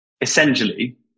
Essentially